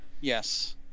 Yes